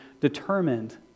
determined